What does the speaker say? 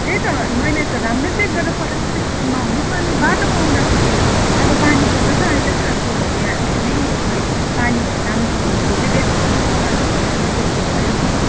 त्यही त मैले त राम्रै चेक गरेर पठाएको त्यस्तो त नहुनुपर्ने बाटोमा आउँदाखेरि अब पानी पर्दैछ अहिले त त्यो भरियाहरूले नै खै पानीहरू राम्रोसँगले छोपिदिएन कि सामानहरूमा र त्यस्तो भयो कि